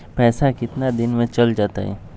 पैसा कितना दिन में चल जतई?